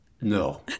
No